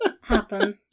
happen